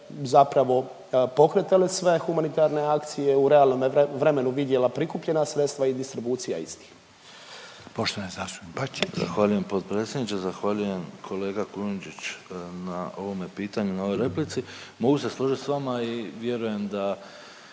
zapravo pokretale sve humanitarne akcije u realnom vremenu, vidjela prikupljen sredstva i distribucija istih? **Reiner, Željko (HDZ)** Poštovani zastupnik Bačić. **Bačić, Ante (HDZ)** Zahvaljujem potpredsjedniče. Zahvaljujem kolega Kujundžić na ovom pitanju i na ovoj replici. Mogu se složiti s vama i vjerujem da